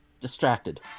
distracted